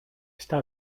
está